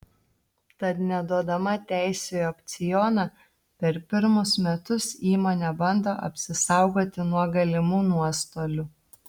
tad neduodama teisių į opcioną per pirmus metus įmonė bando apsisaugoti nuo galimų nuostolių